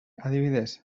adibidez